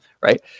right